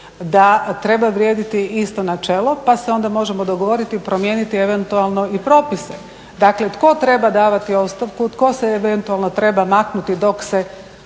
da treba vrijediti isto načelo pa se onda možemo dogovoriti, promijeniti eventualno i propise. Dakle tko treba davati ostavku, tko se eventualno treba maknuti dok se